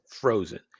frozen